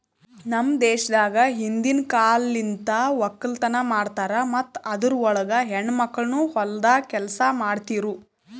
ನಮ್ ದೇಶದಾಗ್ ಹಿಂದಿನ್ ಕಾಲಲಿಂತ್ ಒಕ್ಕಲತನ ಮಾಡ್ತಾರ್ ಮತ್ತ ಅದುರ್ ಒಳಗ ಹೆಣ್ಣ ಮಕ್ಕಳನು ಹೊಲ್ದಾಗ್ ಕೆಲಸ ಮಾಡ್ತಿರೂ